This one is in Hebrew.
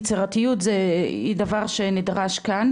יצירתיות היא דבר שנדרש כאן,